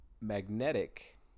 Magnetic